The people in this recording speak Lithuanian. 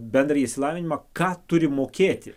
bendrąjį išsilavinimą ką turi mokėti